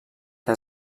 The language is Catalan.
que